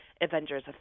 Avengers